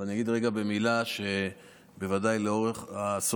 אבל אני אגיד רגע במילה שבוודאי לאור האסון